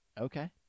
Okay